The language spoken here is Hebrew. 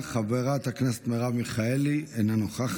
חברת הכנסת מרב מיכאלי, אינה נוכחת.